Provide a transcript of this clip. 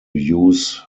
use